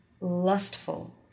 lustful